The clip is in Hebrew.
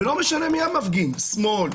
לא משנה מי המפגין שמאל,